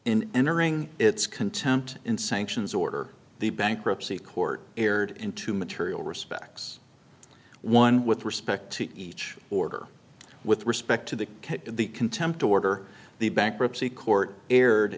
in entering its content in sanctions order the bankruptcy court aired in two material respects one with respect to each order with respect to the the contempt order the bankruptcy court erred